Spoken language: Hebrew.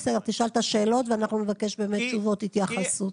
בסדר תשאל את השאלות ואנחנו נבקש תשובות התייחסות.